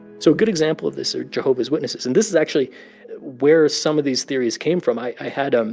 so a good example of this are jehovah's witnesses, and this is actually where some of these theories came from. i i had um